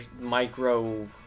micro